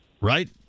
Right